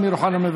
אמיר אוחנה,